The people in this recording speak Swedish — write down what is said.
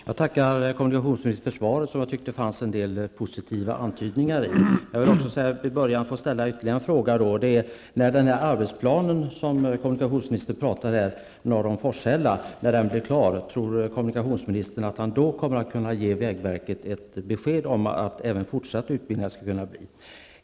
Herr talman! Jag tackar kommunikationsministern för svaret, som det fanns en del positiva antydningar i. Jag vill börja med att ställa en ytterligare fråga. Kommunikationsministern talade om en arbetsplan för sträckan norr om Forshälla. När den är klar, kommer kommunikationsministern då att kunna ge vägverket ett besked om att det kan bli en fortsatt utbyggnad?